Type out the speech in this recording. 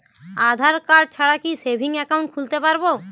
আধারকার্ড ছাড়া কি savings account খুলতে পারব?